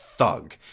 thug